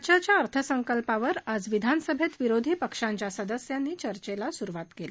राज्याच्या अर्थसंकल्पावर आज विधानसभेत विरोधी पक्षांच्या सदस्यांनी चर्चेला सुरवात केली